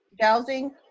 dowsing